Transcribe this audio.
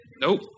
Nope